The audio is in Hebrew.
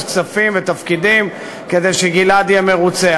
כספים ותפקידים כדי שגלעד יהיה מרוצה.